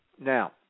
Now